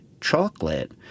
chocolate